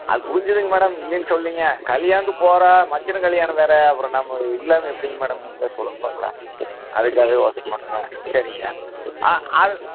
அது புரிஞ்சுதுங்க மேடம் இல்லைன்னு சொல்லலீங்க கல்யாணத்துக்கு போகிறோம் மச்சினன் கல்யாணம் வேற அப்புறம் நம்ம இல்லாமல் எப்டிங்க மேடம் நீங்களே சொல்லுங்கள் பார்க்கலாம் அதுக்காக யோசனை பண்ணேங்க சரிங்க ஆ அது